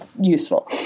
useful